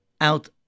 out